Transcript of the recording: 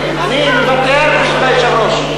אני מוותר בשביל היושב-ראש.